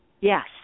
Yes